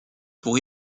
pour